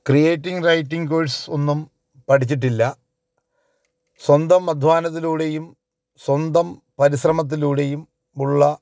creating writing course ഒന്നും പഠിച്ചിട്ടില്ല സ്വന്തം അധ്വാനത്തിലൂടെയും സ്വന്തം പരിശ്രമത്തിലൂടെയും ഉള്ള